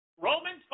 Romans